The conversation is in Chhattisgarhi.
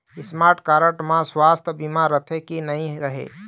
स्मार्ट कारड म सुवास्थ बीमा रथे की नई रहे?